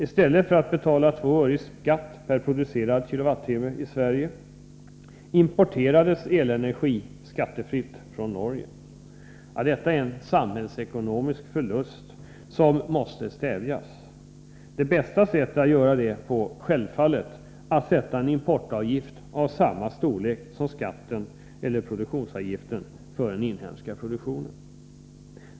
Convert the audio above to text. I stället för att betala 2 öre i skatt per producerad kWh importerade man elenergi skattefritt från Norge. Detta är en samhällsekonomisk förlust som måste stävjas. Det bästa sättet att göra detta på är självfallet att införa en importavgift av samma storlek som skatten eller produktionsavgiften för den inhemska produktionen.